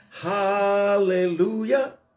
hallelujah